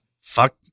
Fuck